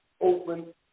open